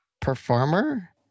performer